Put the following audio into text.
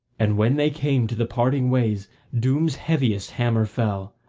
and when they came to the parting ways doom's heaviest hammer fell,